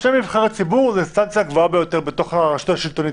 אלה שני נבחרי ציבור זו האינסטנציה הגבוהה ביותר בתוך הרשות השלטונית.